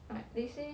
like they say